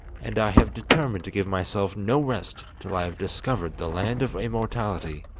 and i have determined to give myself no rest till i have discovered the land of immortality.